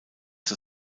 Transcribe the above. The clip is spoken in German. zur